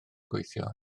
gweithio